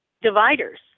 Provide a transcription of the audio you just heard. dividers